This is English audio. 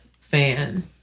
fan